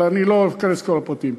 אבל לא אכנס לכל הפרטים.